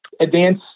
Advance